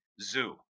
zoo